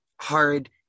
hard